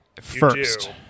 first